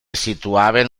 situaven